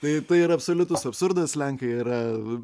tai tai yra absoliutus absurdas lenkai yra